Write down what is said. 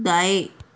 दाएँ